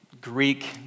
Greek